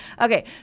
Okay